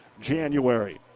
January